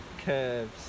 Curves